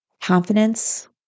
confidence